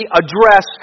address